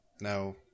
No